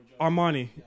Armani